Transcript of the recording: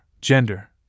gender